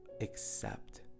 accept